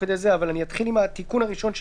אני אתחיל עם התיקון הראשון,